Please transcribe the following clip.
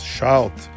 Shout